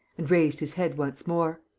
and raised his head once more.